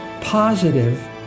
positive